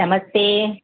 नमस्ते